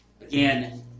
Again